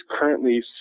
currently